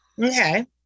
Okay